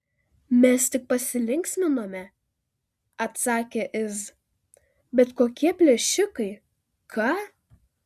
mes tik pasilinksminome atsakė iz bet kokie plėšikai ką